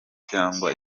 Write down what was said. cyangwa